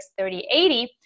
3080